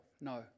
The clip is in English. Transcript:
No